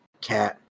cat